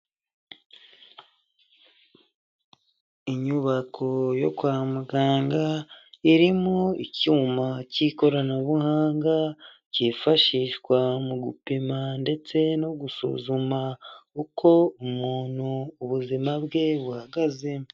Inyubako yo kwa muganga irimo icyuma cy'ikoranabuhanga kifashishwa mu gupima ndetse no gusuzuma uko umuntu ubuzima bwe buhagaze.